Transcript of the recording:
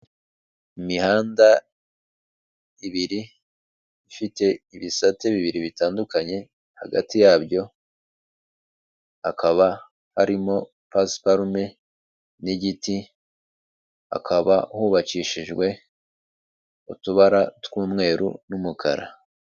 Imihanda ibiri ifite ibisate bibiri bitandukanye, hagati yabyo hakaba harimo pasiparume n'igiti, hakaba hubakishijwe utubara tw'umweru n'umukara.